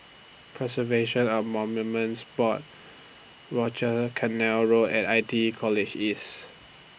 Preservation of Monuments Board Rochor Canal Road and I T E College East